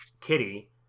Kitty